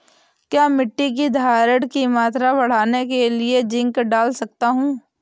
क्या मिट्टी की धरण की मात्रा बढ़ाने के लिए जिंक डाल सकता हूँ?